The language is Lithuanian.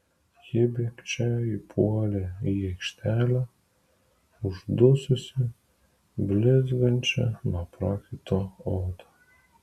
ji bėgčia įpuolė į aikštelę uždususi blizgančia nuo prakaito oda